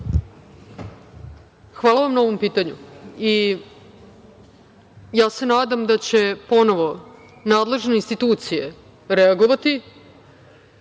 Hvala vam na ovom pitanju. Ja se nadam da će ponovo nadležne institucije reagovati,